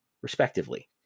respectively